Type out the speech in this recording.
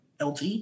LT